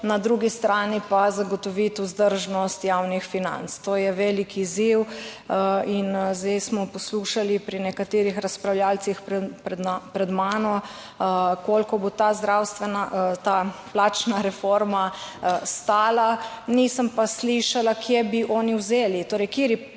na drugi strani pa zagotoviti vzdržnost javnih financ. To je velik izziv. In zdaj smo poslušali pri nekaterih razpravljavcih pred mano, koliko bo ta zdravstvena, ta plačna reforma stala. Nisem pa slišala, kje bi oni vzeli. Torej, kateri